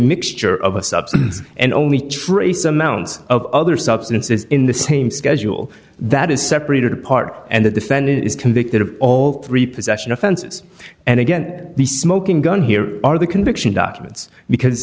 mixture of a substance and only trace amounts of other substances in the same schedule that is separated apart and the defendant is convicted of all three possession offenses and again the smoking gun here are the conviction documents because